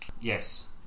Yes